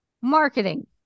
marketing